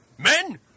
Men